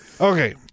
Okay